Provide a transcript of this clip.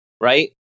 right